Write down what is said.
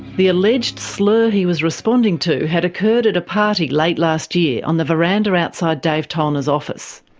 the alleged slur he was responding to had occurred at a party late last year on the veranda outside dave tollner's office.